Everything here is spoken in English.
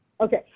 Okay